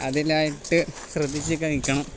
അതിനായിട്ട് ശ്രദ്ധിച്ചൊക്കെ നിൽക്കണം